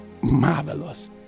marvelous